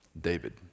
David